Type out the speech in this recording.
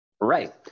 Right